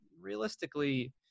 realistically